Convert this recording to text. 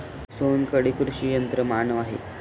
सोहनकडे कृषी यंत्रमानव आहे